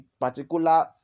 particular